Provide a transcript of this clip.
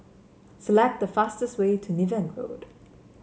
select the fastest way to Niven Road